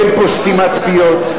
אין פה סתימת פיות.